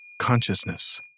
CONSCIOUSNESS